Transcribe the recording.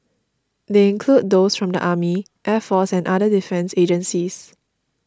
they include those from the army air force and other defence agencies